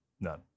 None